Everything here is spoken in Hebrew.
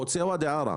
חוצה ואדי ערה.